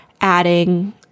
adding